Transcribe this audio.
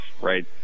right